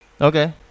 Okay